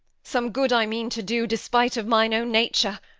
some good i mean to do, despite of mine own nature.